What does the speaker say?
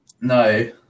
No